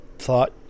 Thought